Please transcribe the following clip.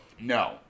No